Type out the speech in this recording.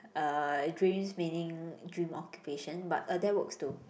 uh dreams meaning dream occupation but uh that works too